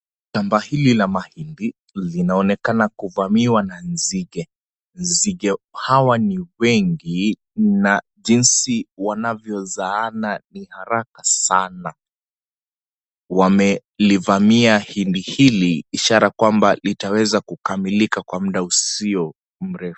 Shamba hili la mahindi linaonekana kuvamiwa na nzige ,nzige hawa ni wengi na jinsi wanavyozaaana ni haraka sana ,wamelivamia hindi hili ishara kwamba litaweza kukamilika kwa muda usio mrefu.